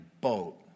boat